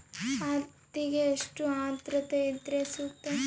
ಹತ್ತಿಗೆ ಎಷ್ಟು ಆದ್ರತೆ ಇದ್ರೆ ಸೂಕ್ತ?